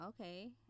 okay